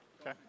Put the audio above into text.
Okay